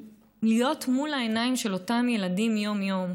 להיות מול העיניים של אותם ילדים יום-יום.